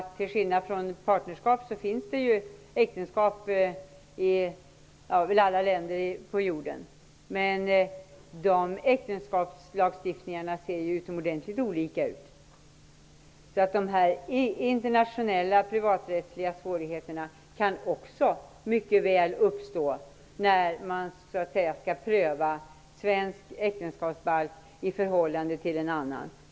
Till skillnad från partnerskap finns det äktenskap i alla länder på jorden, men deras äktenskapslagstiftningar ser ju utomordentligt olika ut. De internationella privaträttsliga svårigheterna kan också mycket väl uppstå när man skall pröva svensk äktenskapsbalk i förhållande till en annan.